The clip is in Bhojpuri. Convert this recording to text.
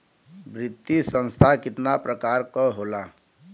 वित्तीय संस्था कितना प्रकार क होला?